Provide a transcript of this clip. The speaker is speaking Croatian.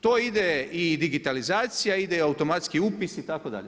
To ide i digitalizacija, ide automatski upis itd.